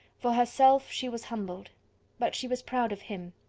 for herself she was humbled but she was proud of him.